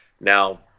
now –